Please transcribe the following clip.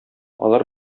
алар